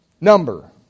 number